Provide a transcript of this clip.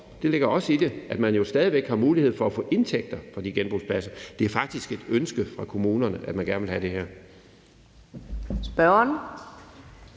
det ligger også i det – sikrer, at man jo stadig væk har mulighed for at få indtægter fra de genbrugspladser. Det er faktisk et ønske fra kommunerne at få det her.